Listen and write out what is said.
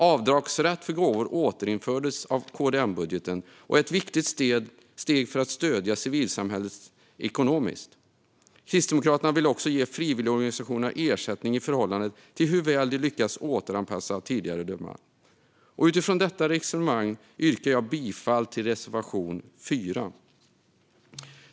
Avdragsrätt för gåvor återinfördes i KD-M-budgeten och är ett viktigt steg för att stödja civilsamhället ekonomiskt. Kristdemokraterna vill också ge frivilligorganisationerna ersättning i förhållande till hur väl de lyckas återanpassa tidigare dömda. Utifrån detta resonemang yrkar jag bifall till reservation 4.